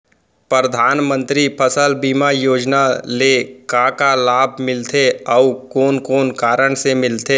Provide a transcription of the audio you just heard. परधानमंतरी फसल बीमा योजना ले का का लाभ मिलथे अऊ कोन कोन कारण से मिलथे?